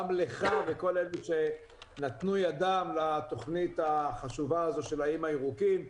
גם לך ולכל אלה שנתנו ידם לתכנית החשובה הזו של האיים הירוקים.